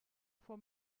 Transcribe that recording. for